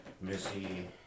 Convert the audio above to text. Missy